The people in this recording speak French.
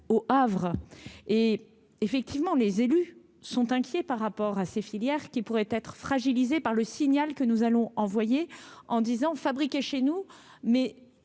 au Havre et effectivement, les élus sont inquiets par rapport à ces filières qui pourrait être fragilisée par le signal que nous allons envoyer en disant fabriqué chez nous, mais